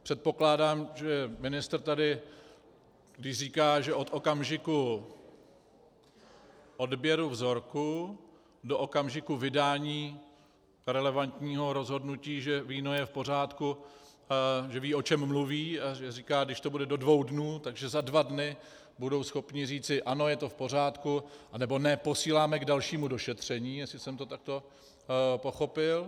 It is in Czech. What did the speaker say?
Předpokládám, že ministr, když říká, že od okamžiku odběru vzorku do okamžiku vydání relevantního rozhodnutí, že víno je v pořádku, že ví, o čem mluví, a říká, když to bude do dvou dnů, tak že za dva dny budou schopni říci ano, je to v pořádku, nebo ne, posíláme k dalšímu došetření, jestli jsem to takto pochopil.